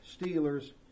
Steelers